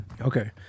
Okay